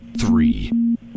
three